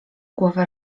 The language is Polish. głowę